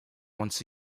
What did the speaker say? once